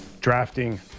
Drafting